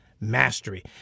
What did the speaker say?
mastery